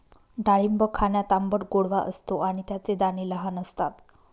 डाळिंब खाण्यात आंबट गोडवा असतो आणि त्याचे दाणे लहान असतात